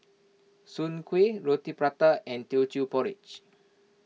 Soon Kueh Roti Prata and Teochew Porridge